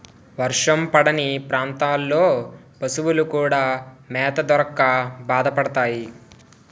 వర్షం పడని ప్రాంతాల్లో పశువులు కూడా మేత దొరక్క బాధపడతాయి